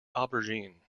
aubergine